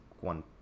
one